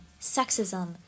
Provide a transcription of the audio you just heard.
sexism